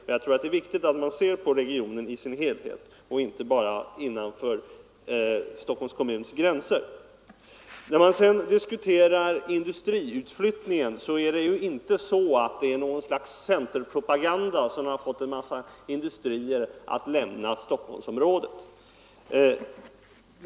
Och jag tror det är viktigt att man ser på regionen i dess helhet och inte bara håller sig innanför Stockholms kommuns gränser. När man sedan diskuterar industriutflyttningen, så är det ju inte något slags centerpropaganda som har fått en mängd industrier att lämna Stockholmsområdet.